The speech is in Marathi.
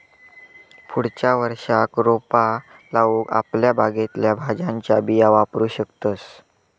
पुढच्या वर्षाक रोपा लाऊक आपल्या बागेतल्या भाज्यांच्या बिया वापरू शकतंस